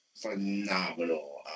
phenomenal